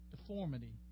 deformity